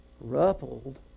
ruffled